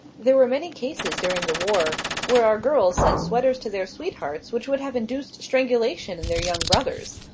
there were many cases during the war where our girls sent sweaters to their sweethearts which would have induced strangulation in their young brothers.